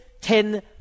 ten